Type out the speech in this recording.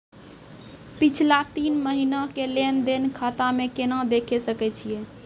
पिछला तीन महिना के लेंन देंन खाता मे केना देखे सकय छियै?